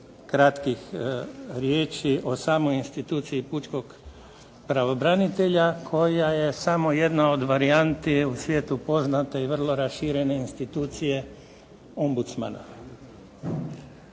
kratkih riječi o samoj instituciji pučkog pravobranitelja koja je samo jedna od varijanti u svijetu poznate i vrlo raširene institucije ombudsmana.